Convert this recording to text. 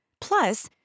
Plus